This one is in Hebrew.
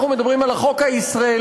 אנחנו מדברים על החוק הישראלי,